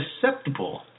susceptible